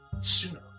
sooner